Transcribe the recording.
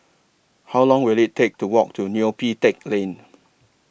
How Long Will IT Take to Walk to Neo Pee Teck Lane